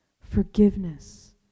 Forgiveness